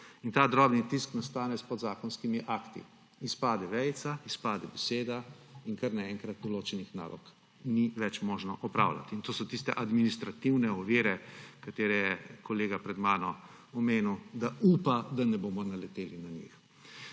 In ta drobni tisk nastane s podzakonskimi akti, izpade vejica, izpade beseda in kar naenkrat določenih nalog ni več možno opravljati. To so tiste administrativne ovire, o katerih je kolega pred mano omenil, da upa, da ne bomo naleteli na njih.